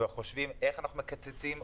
כבר חושבים איך אנחנו מקצצים עוד.